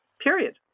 Period